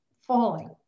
falling